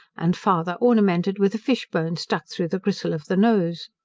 and farther ornamented with a fish bone struck through the gristle of the nose.